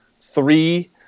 three